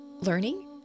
learning